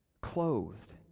clothed